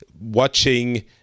watching